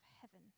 heaven